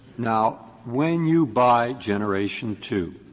now, when you buy generation two,